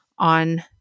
On